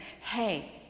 Hey